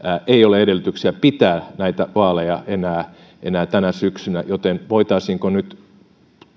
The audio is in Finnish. ei ole edellytyksiä pitää näitä vaaleja enää enää tänä syksynä joten voitaisiinko nyt